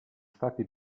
stati